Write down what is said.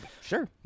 sure